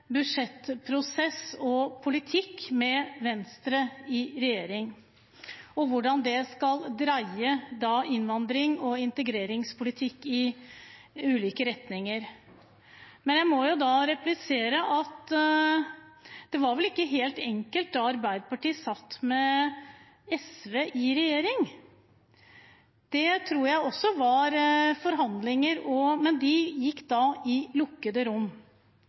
budsjettprosess og politikk med Venstre i regjering, og hvordan det skal dreie innvandrings- og integreringspolitikken i ulike retninger. Jeg må da replisere at det var vel ikke helt enkelt da Arbeiderpartiet satt med SV i regjering. Det tror jeg også innebar forhandlinger, men de foregikk da i lukkede rom.